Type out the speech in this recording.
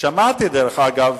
שמעתי, דרך אגב,